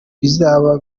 bizaba